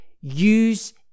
use